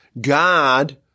God